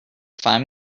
find